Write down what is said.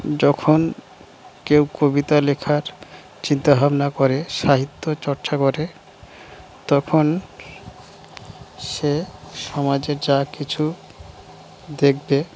যখন কেউ কবিতা লেখার চিন্তাভাবনা করে সাহিত্য চর্চা করে তখন সে সমাজে যা কিছু দেখবে